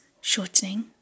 shortening